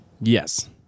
Yes